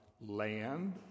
land